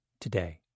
today